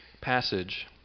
passage